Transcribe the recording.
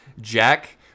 Jack